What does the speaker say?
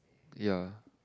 ya